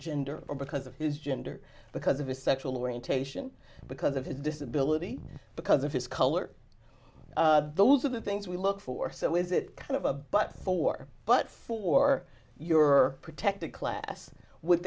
gender or because of his gender because of his sexual orientation because of his disability because of his color those are the things we look for so is it kind of a but for but for your protected class would